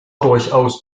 durchaus